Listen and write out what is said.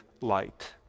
light